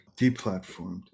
deplatformed